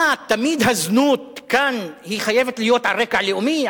מה, תמיד הזנות כאן חייבת להיות על רקע לאומי?